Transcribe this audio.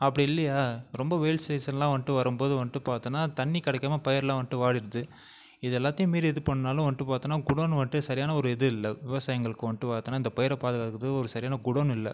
அப்படி இல்லையா ரொம்ப வெயில் சீசனெல்லாம் வந்துட்டு வரும்போது வந்துட்டு பார்த்தோம்னா தண்ணி கிடைக்காம பயிரெல்லாம் வந்துட்டு வாடிடுது இது எல்லாத்தையும் மீறி எது பண்ணிணாலும் வந்துட்டு பார்த்தோம்னா குடோன் வந்துட்டு சரியான ஒரு இது இல்லை விவசாயங்களுக்கு வந்துட்டு பார்த்தோம்னா இந்த பயிரை பாதுகாக்கிறதுக்கு ஒரு சரியான குடோன் இல்லை